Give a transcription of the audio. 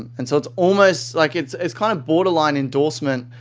and so, it's almost like it's it's kind of borderline endorsement,